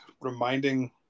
reminding